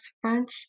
French